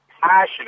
passionate